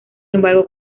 embargo